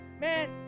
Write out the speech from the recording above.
Man